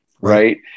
right